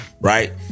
Right